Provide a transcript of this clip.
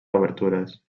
obertures